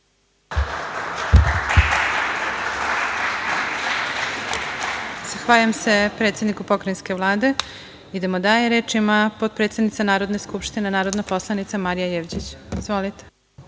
Zahvaljujem se predsedniku Pokrajinske vlade. Idemo dalje. Reč ima potpredsednika Narodne skupštine narodna poslanica Marija Jevđić. **Marija